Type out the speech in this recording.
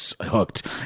hooked